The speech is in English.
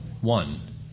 One